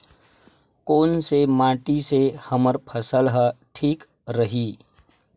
कोन से माटी से हमर फसल ह ठीक रही?